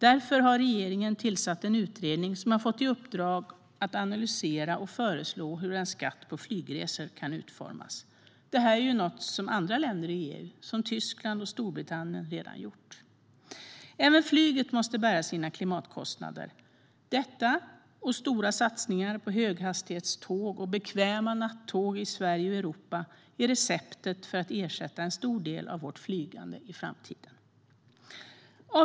Därför har regeringen tillsatt en utredning som har fått i uppdrag att analysera och föreslå hur en skatt på flygresor kan utformas. Detta är ju något som andra länder i EU - som Tyskland och Storbritannien - redan har gjort. Även flyget måste bära sina klimatkostnader. Detta och stora satsningar på höghastighetståg och bekväma nattåg i Sverige och Europa är receptet för att ersätta en stor del av vårt flygande i framtiden. Herr talman!